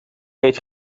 eet